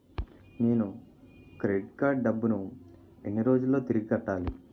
నేను credit card డబ్బును ఎన్ని రోజుల్లో తిరిగి కట్టాలి?